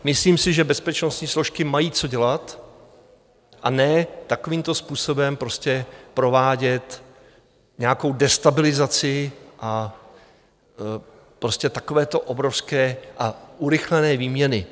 Myslím si, že bezpečnostní složky mají co dělat, a ne takovýmto způsobem provádět nějakou destabilizaci a prostě takovéto obrovské a urychlené výměny.